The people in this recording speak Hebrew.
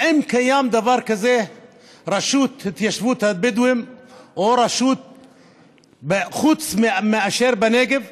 האם קיים דבר כזה רשות התיישבות הבדואים או רשות חוץ מאשר בנגב?